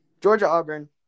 Georgia-Auburn